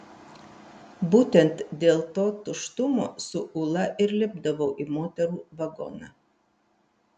būtent dėl to tuštumo su ūla ir lipdavau į moterų vagoną